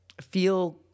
feel